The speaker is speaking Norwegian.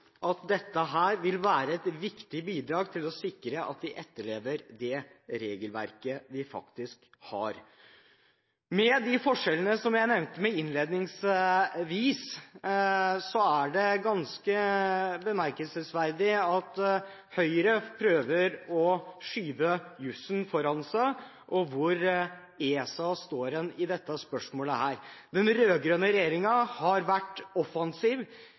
regelverket vi faktisk har. Med de forskjellene som jeg nevnte innledningsvis, er det ganske bemerkelsesverdig at Høyre prøver å skyve jussen foran seg med hensyn til hvor ESA står i dette spørsmålet. Den rød-grønne regjeringen har vært offensiv.